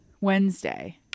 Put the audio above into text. Wednesday